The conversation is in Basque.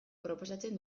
proposatzen